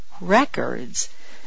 records